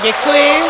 Děkuji.